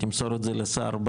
ותמסור את זה לשר.